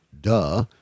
duh